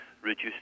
reduce